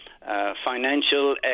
Financial